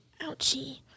Ouchie